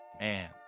man